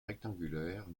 rectangulaire